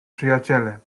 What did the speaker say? przyjaciele